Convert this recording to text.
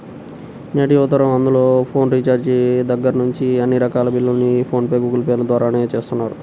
నేటి యువతరం అందరూ ఫోన్ రీఛార్జి దగ్గర్నుంచి అన్ని రకాల బిల్లుల్ని ఫోన్ పే, గూగుల్ పే ల ద్వారానే చేస్తున్నారు